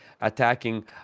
attacking